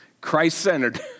Christ-centered